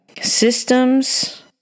Systems